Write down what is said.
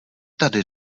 tady